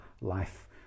life